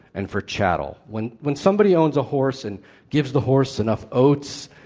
and for chattel. when when somebody owns a horse, and gives the horse enough oats,